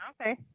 Okay